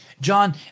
John